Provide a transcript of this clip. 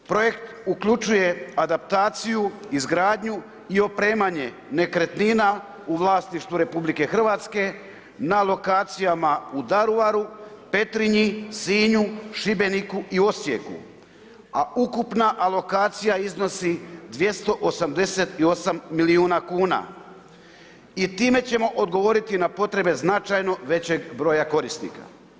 Projekt uključuje adaptaciju, izgradnju i opremanje nekretnina u vlasništvu RH na lokacijama u Daruvaru, Petrinji, Sinju, Šibeniku i Osijeku, a ukupna alokacija iznosi 288 milijuna kuna i time ćemo odgovoriti na potrebe značajno većeg broja korisnika.